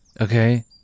okay